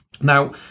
Now